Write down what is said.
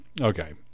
Okay